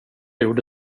gjorde